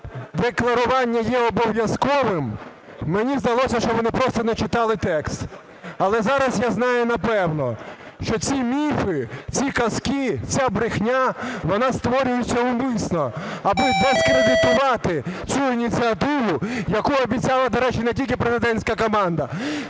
декларування є обов'язковим, мені здалося, що вони просто не читали текст. Але зараз я знаю напевно, що ці міфи, ці казки, ця брехня, вона створюється умисно, аби дискредитувати цю ініціативу, яку обіцяла, до речі, не тільки президентська команда,